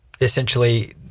essentially